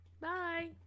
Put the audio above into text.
Bye